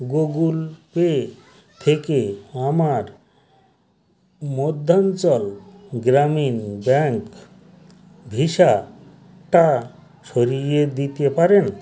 Google Pay থেকে আমার Madhyanchal Gramin bank ভিসাটা সরিয়ে দিতে পারেন